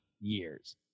years